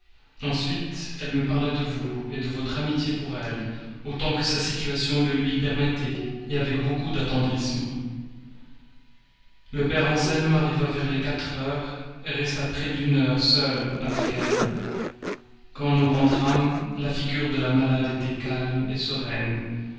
ensuite elle me parla de vous de votre amitié pour elle autant que sa situation le lui permettait avec beaucoup d'attendrissement le père anselme arriva vers les quatre heures resta près d'une heure seul avec elle quand nous rentrâmes la figure de la malade était calme sereine